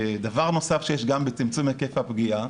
דבר נוסף שיש גם בצמצום היקף הפגיעה,